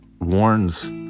warns